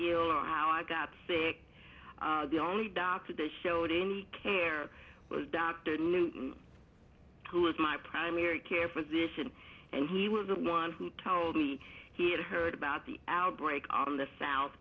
ill how i got sick the only doctor that showed any care was dr newton who was my primary care physician and he was the one who told me he had heard about the outbreak on the south